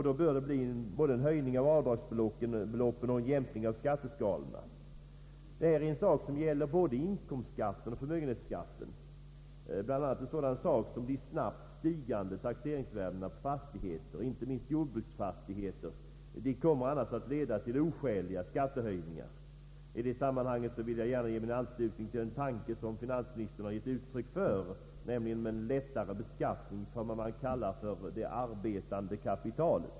Då bör det bli både en höjning av avdragsbeloppen och en jämkning av skatteskalorna. Detta är en sak som gäller både inkomstskatten och förmögenhetsskatten. De snabbt stigande taxeringsvärdena på fastigheter — inte minst jordbruksfastigheter — kommer annars att leda till oskäliga skattehöjningar. I det sammanhanget vill jag gärna ansluta mig till en tanke som finansministern givit uttryck för, nämligen om lättare beskattning för vad man kallar det arbetande kapitalet.